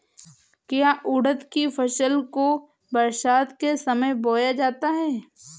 क्या उड़द की फसल को बरसात के समय बोया जाता है?